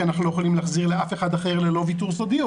כי אנחנו לא יכולים להחזיר לאף אחד אחר ללא ויתור סודיות,